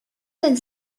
del